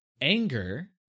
anger